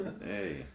Hey